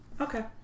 Okay